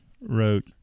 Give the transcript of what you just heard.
wrote